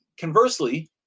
Conversely